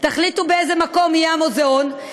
תחליטו באיזה מקום יהיה המוזיאון,